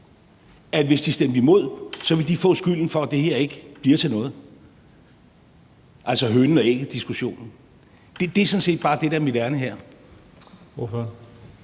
at hvis de stemte imod, ville de få skylden for, at det her ikke bliver til noget. Det er altså en hønen og ægget-diskussion. Det er sådan set bare det, der er mit ærinde her.